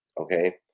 okay